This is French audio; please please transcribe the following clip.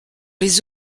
les